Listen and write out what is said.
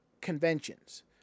conventions